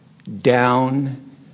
Down